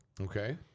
Okay